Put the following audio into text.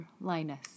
Linus